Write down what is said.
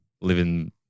Living